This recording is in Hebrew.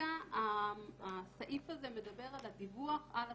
כרגע הסעיף הזה מדבר על הדיווח על התחולה.